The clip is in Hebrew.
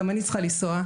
גם אני צריכה לנסוע,